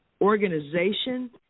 organization